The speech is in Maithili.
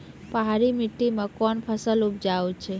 पहाड़ी मिट्टी मैं कौन फसल उपजाऊ छ?